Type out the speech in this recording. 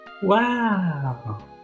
wow